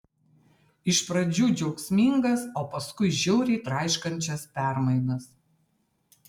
iš pradžių džiaugsmingas o paskui žiauriai traiškančias permainas